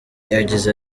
yagize